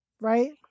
Right